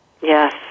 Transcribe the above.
Yes